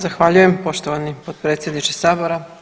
Zahvaljujem poštovani potpredsjedniče sabora.